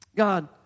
God